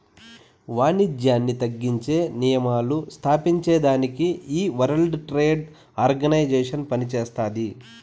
వానిజ్యాన్ని తగ్గించే నియమాలు స్తాపించేదానికి ఈ వరల్డ్ ట్రేడ్ ఆర్గనైజేషన్ పనిచేస్తాది